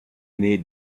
need